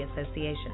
Association